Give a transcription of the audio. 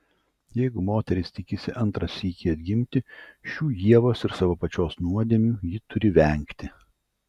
jeigu moteris tikisi antrą sykį atgimti šių ievos ir savo pačios nuodėmių ji turi vengti